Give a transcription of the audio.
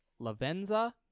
Lavenza